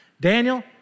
Daniel